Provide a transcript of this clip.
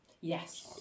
Yes